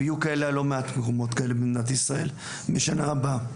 ויהיו כאלה לא מעט במדינת ישראל בשנה הבאה.